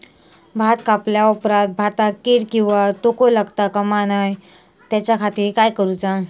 भात कापल्या ऑप्रात भाताक कीड किंवा तोको लगता काम नाय त्याच्या खाती काय करुचा?